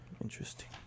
Interesting